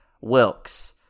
Wilkes